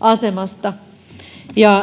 asemasta